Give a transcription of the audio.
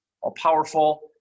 all-powerful